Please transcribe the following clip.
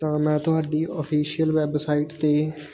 ਤਾਂ ਮੈਂ ਤੁਹਾਡੀ ਓਫਿਸ਼ੀਅਲ ਵੈੱਬਸਾਈਟ 'ਤੇ